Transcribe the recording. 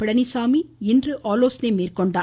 பழனிச்சாமி இன்று ஆலோசனை மேற்கொண்டார்